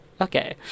Okay